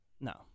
No